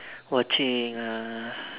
watching ah